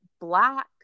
black